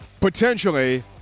potentially